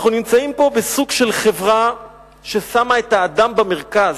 אנחנו נמצאים פה בסוג של חברה ששמה את האדם במרכז.